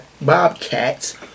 Bobcats